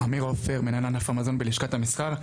עמיר עופר, מנהל ענף המזון בלשכת המסחר.